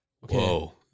Whoa